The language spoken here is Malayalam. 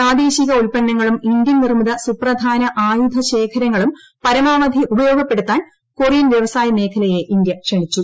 പ്രാദേശിക ഉൽപ്പന്നങ്ങളും ഇന്ത്യൻ നിർമ്മിത സുപ്രധാന ആയുധ ശേഖരങ്ങളും പരമാവധി ഉപയോഗപ്പെടുത്താൻ കൊറിയൻ വ്യവസായ മേഖലയെ ഇന്ത്യ ക്ഷണിച്ചു